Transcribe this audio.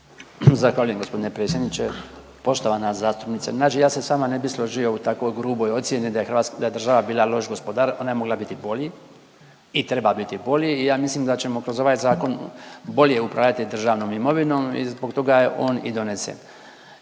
Zahvaljujem g. predsjedniče. Poštovana zastupnice Nađ, ja se s vama ne bi složio u tako gruboj ocjeni da je Hrvats…, da je država bila loš gospodar, ona je mogla biti bolji i treba biti bolji i ja mislim da ćemo kroz ovaj zakon bolje upravljati državnom imovinom i zbog toga je on i donesen.